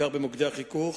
בעיקר במוקדי החיכוך,